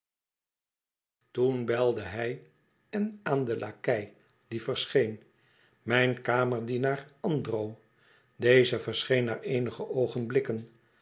toen belde hij en aan den lakei die verscheen mijn kamerdienaar andro deze verscheen na eenige oogenblikken